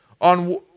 On